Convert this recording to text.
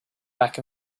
back